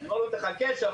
אני אומר לו: תחכה, סבלנות.